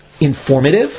informative